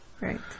right